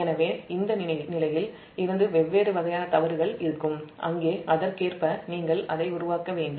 எனவே இந்த நிலையில் இருந்து வெவ்வேறு வகையான தவறுகள் இருக்கும் அங்கே அதற்கேற்ப நீங்கள் அதை உருவாக்க வேண்டும்